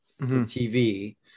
TV